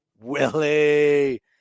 Willie